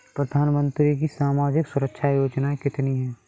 प्रधानमंत्री की सामाजिक सुरक्षा योजनाएँ कितनी हैं?